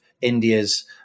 India's